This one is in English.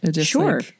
Sure